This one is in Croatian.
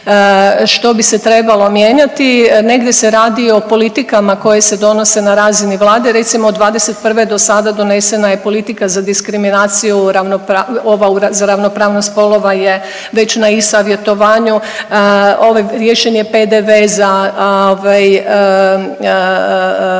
što bi se trebalo mijenjati, negdje se radi o politikama koje se donose na razini Vlade, recimo '21. do sada donesena je politika za diskriminaciju i ravnopra…, ova za ravnopravnost spolova je već na i-savjetovanju, ovim riješen je PDV za